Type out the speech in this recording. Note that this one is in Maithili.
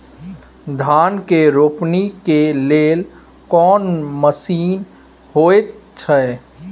धान के रोपनी के लेल कोन मसीन होयत छै?